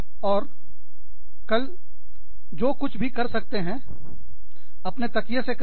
और कल जो कुछ भी कर सकते हैं अपने तकिए से कहें